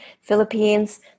Philippines